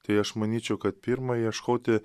tai aš manyčiau kad pirma ieškoti